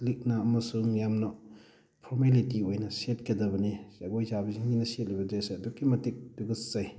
ꯂꯤꯛꯅ ꯑꯃꯁꯨꯡ ꯌꯥꯝꯅ ꯐꯣꯔꯃꯦꯂꯤꯇꯤ ꯑꯣꯏꯅ ꯁꯦꯠꯀꯗꯕꯅꯤ ꯖꯒꯣꯏꯁꯥꯕꯤꯁꯤꯡꯁꯤꯅ ꯁꯦꯠꯂꯤꯕ ꯗ꯭ꯔꯦꯁꯤꯡꯁꯦ ꯑꯗꯨꯛꯀꯤ ꯃꯇꯤꯛ ꯇꯨꯀꯠꯆꯩ